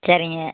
சரிங்க